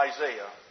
Isaiah